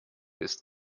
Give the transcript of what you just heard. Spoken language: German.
ist